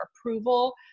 approval